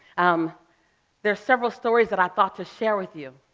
um there are several stories that i thought to share with you,